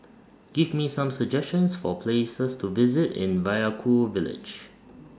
Give Me Some suggestions For Places to visit in Vaiaku Village